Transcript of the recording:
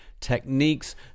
techniques